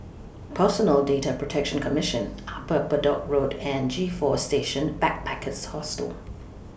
Personal Data Protection Commission Upper Bedok Road and G four Station Backpackers Hostel